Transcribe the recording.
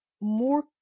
more